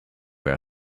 were